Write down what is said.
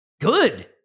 Good